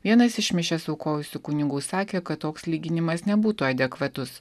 vienas iš mišias aukojusių kunigų sakė kad toks lyginimas nebūtų adekvatus